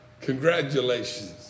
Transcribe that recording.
Congratulations